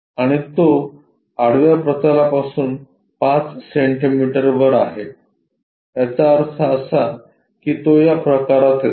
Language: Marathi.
आणि तो आडव्या प्रतलापासून 5 सेंटीमीटर वर आहे याचा अर्थ असा की तो या प्रकारात येतो